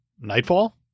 Nightfall